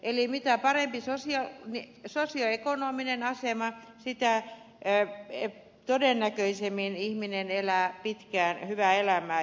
eli mitä parempi sosioekonominen asema sitä todennäköisemmin ihminen elää pitkään hyvää elämää